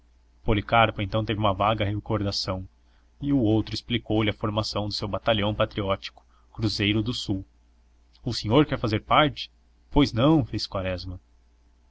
policarpo então teve uma vaga recordação e o outro explicou-lhe a formação do seu batalhão patriótico cruzeiro do sul o senhor quer fazer parte pois não fez quaresma